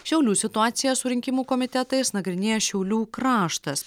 šiaulių situaciją su rinkimų komitetais nagrinėja šiaulių kraštas